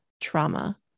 trauma